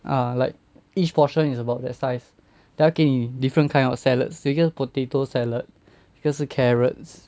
ah like each portion is about that size then 他给你 different kind of salads 有一个是 potato salad 一个是 carrots